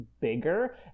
bigger